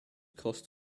cost